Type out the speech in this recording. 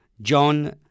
John